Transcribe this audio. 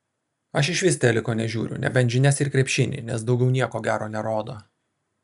aš išvis teliko nežiūriu nebent žinias ir krepšinį nes daugiau nieko gero nerodo